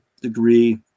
degree